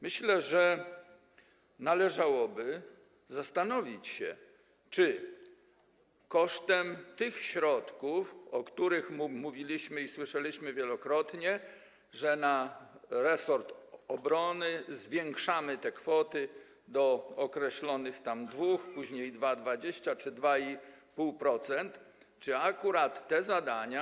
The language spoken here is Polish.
Myślę, że należałoby zastanowić się, czy kosztem tych środków, o których mówiliśmy i słyszeliśmy wielokrotnie - że na resort obrony zwiększamy te kwoty do określonych tam 2, później 2,20 czy 2,5% - akurat te zadania.